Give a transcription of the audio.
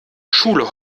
schule